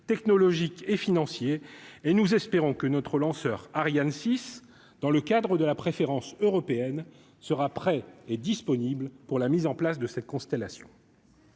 technologique et financier et nous espérons que notre lanceur Ariane 6 dans le cadre de la préférence européenne sera prêt et disponible pour la mise en place de cette constellation.